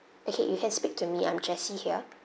okay you can speak to me I'm jessie here